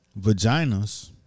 vaginas